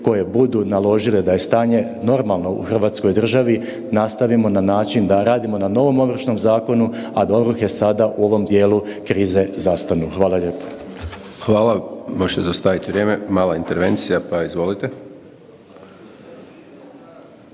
koje budu naložile da je stanje normalno u Hrvatskoj državi, nastavimo na način da radimo na novom Ovršnom zakonu, a da ovrhe sada u ovom dijelu krize zastanu. Hvala lijepo. **Hajdaš Dončić, Siniša (SDP)** Hvala. Izvolite